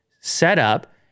setup